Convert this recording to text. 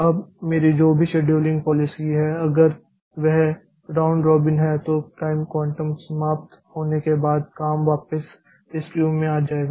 अब मेरी जो भी शेड्यूलिंग पॉलिसी हैं अगर वह राउंड रॉबिन है तो टाइम क्वांटम समाप्त होने के बाद काम वापस इस क्यू में आ जाएगा